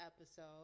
episode